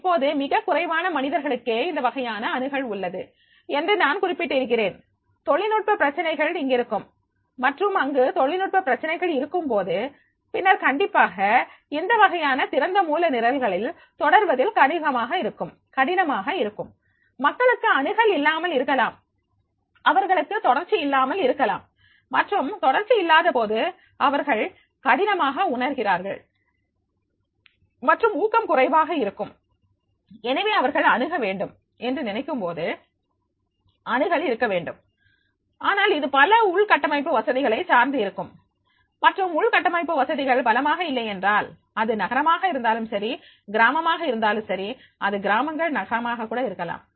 இப்போது மிகக் குறைவான மனிதர்களுக்கே இந்த வகையான அணுகல் உள்ளது என்று நான் குறிப்பிட்டிருக்கிறேன் தொழில்நுட்ப பிரச்சனைகள் இங்கிருக்கும் மற்றும் அங்கு தொழில்நுட்ப பிரச்சனைகள் இருக்கும் போது பின்னர் கண்டிப்பாக இந்தவகையான திறந்த மூல நிரல்களில் தொடர்வது கடினமாக இருக்கும் மக்களுக்கு அணுகல் இல்லாமல் இருக்கலாம் அவர்களுக்கு தொடர்ச்சி இல்லாமல் இருக்கலாம் மற்றும் தொடர்ச்சி இல்லாதபோது அவர்கள் கடினமாக உணர்கிறார்கள் மற்றும் ஊக்கம் குறைவாக இருக்கும் எனவே அவர்கள் அணுக வேண்டும் என்று நினைக்கும்போது அணுகல் இருக்க வேண்டும் ஆனால் இது பல உள்கட்டமைப்பு வசதிகளை சார்ந்து இருக்கும் மற்றும் உள்கட்டமைப்பு வசதிகள் பலமாக இல்லை என்றால் அது நகரமாக இருந்தாலும் சரி கிராமமாக இருந்தாலும் சரி அது கிராமங்கள் நகரமாக கூட இருக்கலாம்